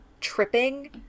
tripping